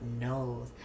knows